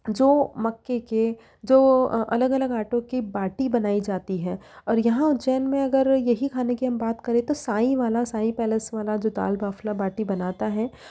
जो मक्के के जो अलग अलग आटों की बाटी बनाई जाती है और यहाँ उज्जैन में अगर यही खाने की हम बात करें तो साईं वाला साईं पैलेस वाला जो दाल बाफला बाटी बनाता है